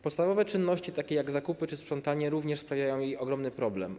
Podstawowe czynności, takie jak zakupy czy sprzątanie, również sprawiają jej ogromny problem.